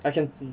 I can